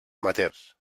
amateurs